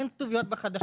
אין כתוביות בחדשות.